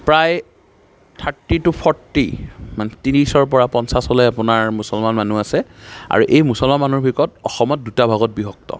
প্ৰায় thirty to forty মানে ত্ৰিছৰ পৰা পঞ্চাছলৈ আপোনাৰ মুছলমান মানুহ আছে আৰু এই মুছলমান মানুহৰ দিশত অসমত দুটা ভাগত বিভক্ত